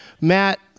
Matt